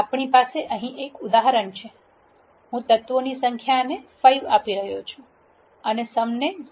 આપણી પાસે અહીં એક ઉદાહરણ છે હું તત્વોની સંખ્યા ને 5 આપી રહ્યો છું અને સમ ને 0